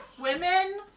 women